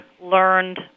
learned